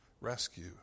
rescue